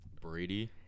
Brady